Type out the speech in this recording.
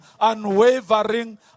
unwavering